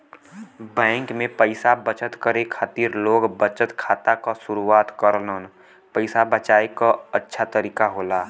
bank में पइसा बचत करे खातिर लोग बचत खाता क शुरआत करलन पइसा बचाये क अच्छा तरीका होला